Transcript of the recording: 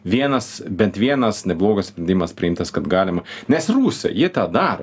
vienas bent vienas neblogas sprendimas priimtas kad galima nes rusai ji tą daro